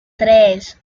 tres